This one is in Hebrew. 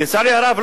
לצערי הרב,